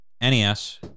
nes